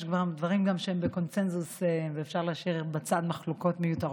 יש גם דברים שהם בקונסנזוס ואפשר להשאיר בצד מחלוקות מיותרות.